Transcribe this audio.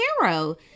hero